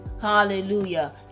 hallelujah